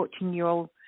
14-year-old